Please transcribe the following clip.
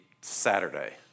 Saturday